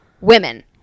women